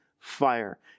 fire